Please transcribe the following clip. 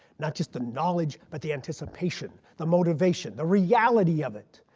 not just the knowledge but the anticipation. the motivation, the reality of it.